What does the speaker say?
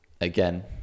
again